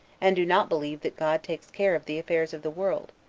and do not believe that god takes care of the affairs of the world,